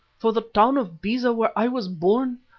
for the town of beza where i was born!